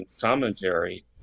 commentary